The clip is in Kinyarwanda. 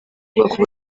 kubaka